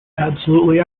absolutely